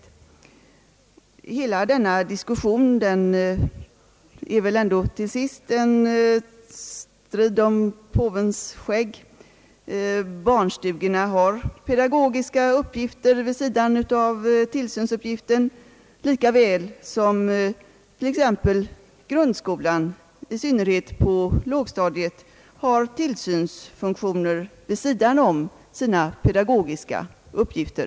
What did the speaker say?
Hela denna diskussion är väl ändå till sist en strid om påvens skägg. Barnstugorna har pedagogiska uppgifter vid sidan av tillsynsuppgiften lika väl som grundskolan, i synnerhet på lågstadiet, har tillsynsfunktioner vid sidan av sina pedagogiska uppgifter.